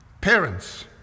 Parents